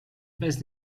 bez